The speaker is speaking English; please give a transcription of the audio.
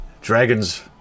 Dragons